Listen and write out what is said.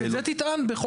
אז את הזה תטען במע"מ,